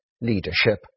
leadership